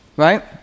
Right